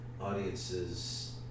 audiences